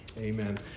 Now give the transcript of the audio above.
amen